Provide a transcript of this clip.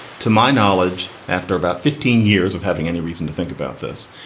to my knowledge, after about fifteen years of having any reason to think about this,